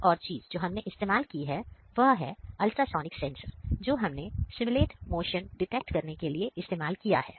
एक और चीज जो हमने इस्तेमाल की है वह है अल्ट्रासोनिक सेंसर जो हमने सिम्युलेट मोशन डिटेकट करने के लिए इस्तेमाल किया है